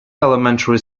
elementary